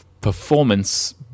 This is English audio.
performance